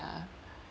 ya